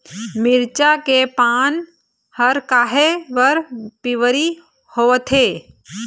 मिरचा के पान हर काहे बर पिवरी होवथे?